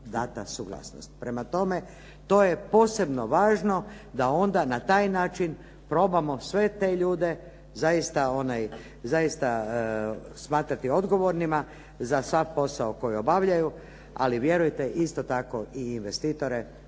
Prema tome, to je posebno važno da onda na taj način probamo sve te ljude zaista smatrati odgovornima za sav posao koji obavljaju, ali vjerujte isto tako i investitore